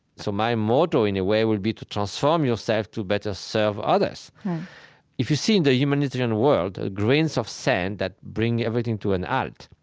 so my motto, in a way, will be to transform yourself to better serve others if you see the humanity in the world, ah grains of sand that bring everything to and a halt,